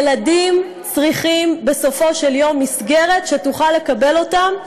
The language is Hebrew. ילדים צריכים בסופו של יום מסגרת שתוכל לקבל אותם,